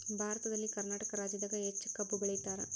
ಭಾರತದಲ್ಲಿ ಕರ್ನಾಟಕ ರಾಜ್ಯದಾಗ ಹೆಚ್ಚ ಕಬ್ಬ್ ಬೆಳಿತಾರ